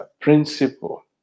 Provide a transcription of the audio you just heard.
principle